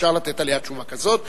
אפשר לתת עליה תשובה כזאת,